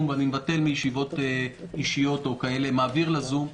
ואני מבטל ישיבות אישיות ומעביר לזום.